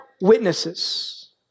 witnesses